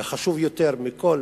וחשוב יותר מכול